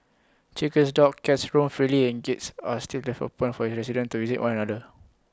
chickens dogs cats roam freely and gates are still left open for residents to visit one another